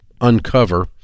uncover